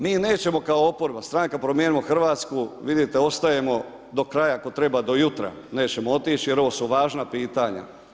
Mi nećemo kao oporba Stranka promijenimo Hrvatsku vidite ostajemo do kraja, ako treba do jutra nećemo otići jer ovo su važna pitanja.